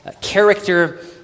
character